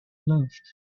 loved